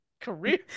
career